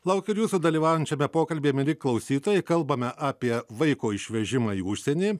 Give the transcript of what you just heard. laukiu ir jūsų dalyvaujant šiame pokalbyje mieli klausytojai kalbame apie vaiko išvežimą į užsienį